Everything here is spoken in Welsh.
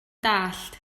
dallt